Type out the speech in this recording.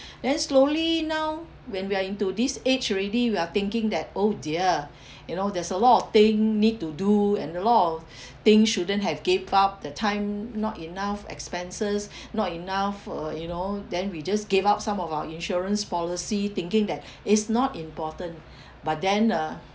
then slowly now when we're into this age already we are thinking that oh dear you know there's a lot of thing need to do and a lot of thing shouldn't have gave up that time not enough expenses not enough uh you know then we just gave up some of our insurance policy thinking that it's not important but then ah